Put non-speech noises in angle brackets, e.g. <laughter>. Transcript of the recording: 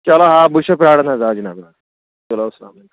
چلو آ بہٕ چھُسو پرٛاران حظ آ <unintelligible> چلو السلام <unintelligible>